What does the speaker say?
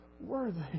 worthy